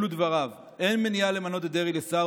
אלו דבריו: "אין מניעה למנות את דרעי לשר,